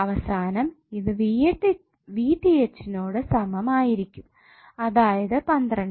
അവസാനം ഇത് നോട് സമം ആയിരിക്കും അതായത് 12